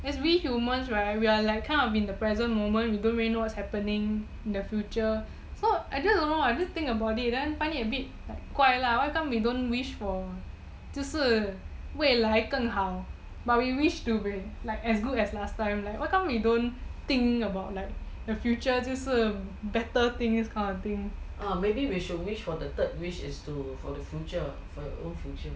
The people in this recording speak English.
as we humans right we are like kind of in the present moment we don't really know what's happening in the future so I just don't know I just think about then it find it a bit 怪啦 how come we don't wish for 就是未来更好 but we wish to be as good as last time how come we don't think about the future 就是 better things this kind of thing